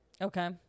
Okay